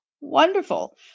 wonderful